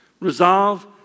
Resolve